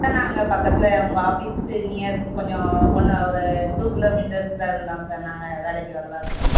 sir நாங்கள் பக்கத்தில் உங்கள் ஆஃபீஸுக்கு நியர் கொஞ்சம் ஒன்ன ஒரு டூ கிலோமீட்டர்ஸ்லேருந்துதான் சார் நாங்கள் வேலைக்கு வர்றதாக இருக்கோம்